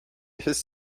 his